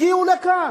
הגיעו לכאן.